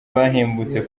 bahembutse